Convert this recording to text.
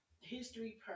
History